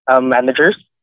managers